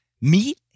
Meat